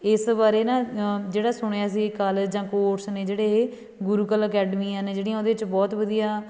ਇਸ ਬਾਰੇ ਨਾ ਜਿਹੜਾ ਸੁਣਿਆ ਸੀ ਕਾਲਜ ਜਾਂ ਕੋਰਸ ਨੇ ਜਿਹੜੇ ਇਹ ਗੁਰੂਕਲ ਅਕੈਡਮੀਆਂ ਨੇ ਜਿਹੜੀਆਂ ਉਹਦੇ 'ਚ ਬਹੁਤ ਵਧੀਆ